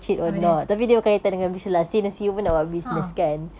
apa dia a'ah